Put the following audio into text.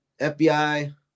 FBI